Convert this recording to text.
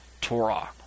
Torah